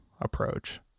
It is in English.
approach